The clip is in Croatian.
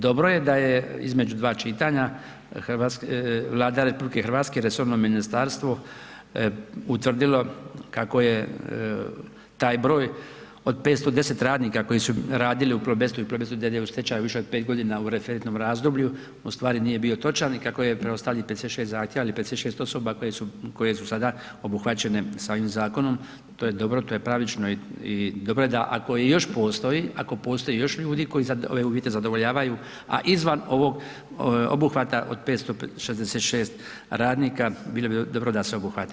Dobro je da je između dva čitanja Vlada RH, resorno ministarstvo utvrdilo kako je taj broj od 510 radnika koji su radili u Plebestu i Plobestu d.d. u stečaju više od 5 godina u referentnom razdoblju, ustvari nije bio točan i kako je preostalih 56 zahtjeva ili 56 osoba koje su sada obuhvaćene sa ovim zakonom, to je dobro, to je pravično i dobro je da, ako i još postoji, ako postoji još ljudi koji sad ove uvjete zadovoljavaju, a izvan ovog obuhvata od 566 radnika, bilo bi dobro da se obuhvate.